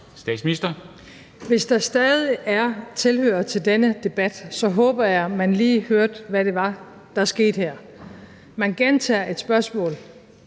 Hvis der stadig er tilhørere til denne debat, håber jeg, at man lige hørte, hvad det var, der skete her. Man gentager et spørgsmål,